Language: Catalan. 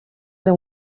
era